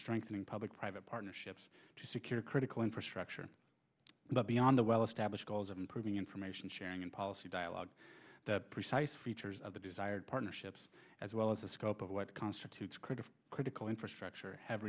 strengthening public private partnerships to secure critical infrastructure beyond the well established goals of improving information sharing and policy dialogue precise features of the desired partnerships as well as the scope of what constitutes a critical critical infrastructure have